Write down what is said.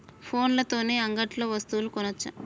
ఫోన్ల తోని అంగట్లో వస్తువులు కొనచ్చా?